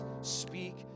speak